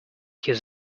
his